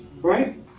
right